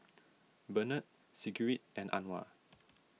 Benard Sigrid and Anwar